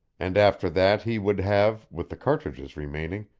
and after that he would have, with the cartridges remaining,